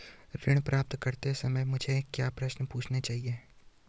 ऋण प्राप्त करते समय मुझे क्या प्रश्न पूछने चाहिए?